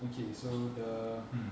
okay so the hmm